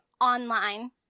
online